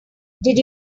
did